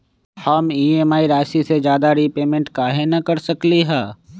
हम ई.एम.आई राशि से ज्यादा रीपेमेंट कहे न कर सकलि ह?